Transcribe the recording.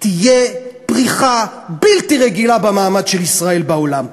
תהיה פריחה בלתי רגילה במעמד של ישראל בעולם.